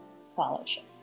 scholarship